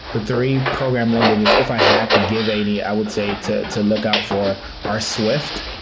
the three programming languages, if i had to give any, i would say to to look out for are swift,